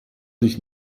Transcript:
dich